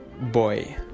boy